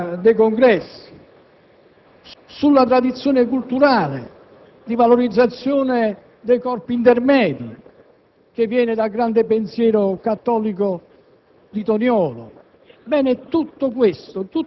che hanno contribuito enormemente al processo di industrializzazione di questo Paese e che costituivano un sapere tecnico collettivo di grande rilievo.